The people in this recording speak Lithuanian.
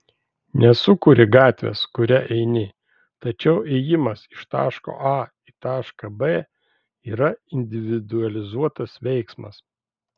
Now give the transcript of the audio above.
nesukuri gatvės kuria eini tačiau ėjimas iš taško a į tašką b yra individualizuotas veiksmas